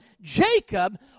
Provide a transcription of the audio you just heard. Jacob